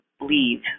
leave